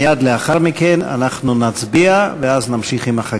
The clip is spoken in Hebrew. מייד לאחר מכן אנחנו נצביע, ואז נמשיך עם החקיקה.